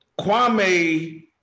Kwame